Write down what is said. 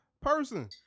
person